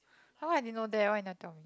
!huh! why I didn't know that why you never tell